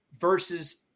versus